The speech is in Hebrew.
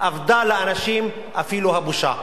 אבדה לאנשים אפילו הבושה.